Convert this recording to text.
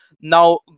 now